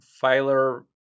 filer